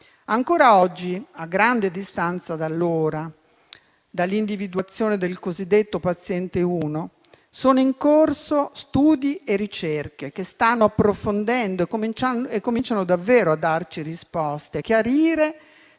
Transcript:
Ancora oggi, a grande distanza da allora, dall'individuazione del cosiddetto paziente uno, sono in corso studi e ricerche che stanno approfondendo e cominciano davvero a darci risposte, a chiarire